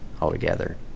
altogether